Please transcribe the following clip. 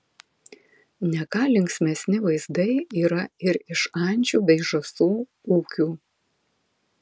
ne ką linksmesni vaizdai yra ir iš ančių bei žąsų ūkių